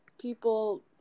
people